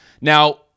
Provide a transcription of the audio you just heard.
Now